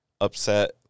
upset